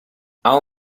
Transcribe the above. how